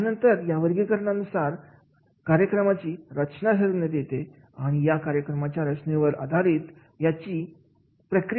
त्यानंतर या वर्गीकरणानुसार कार्यक्रमाची रचना ठरविण्यात येते आणि या कार्यक्रमाच्या रचनेवर आधारित याची प्रक्रिया या ठरवले जाते